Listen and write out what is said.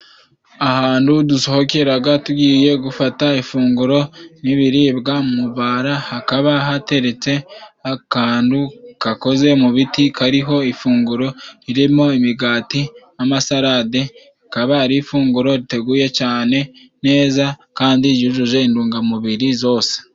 Ahandu dusohokeraga tugiye gufata ifunguro n'ibiribwa mu bara. Hakaba hateretse akandu gakoze mu biti kariho ifunguro ririmo imigati, n'amasalade. Rikaba ari ifunguro riteguye cane neza kandi ryujuje indungamubiri zose.